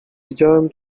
widziałem